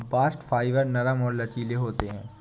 bast fibre नरम और लचीले होते हैं